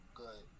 good